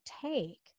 take